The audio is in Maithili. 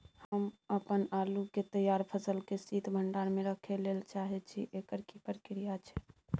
हम अपन आलू के तैयार फसल के शीत भंडार में रखै लेल चाहे छी, एकर की प्रक्रिया छै?